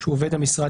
שהוא עובד המשרד,